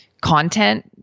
content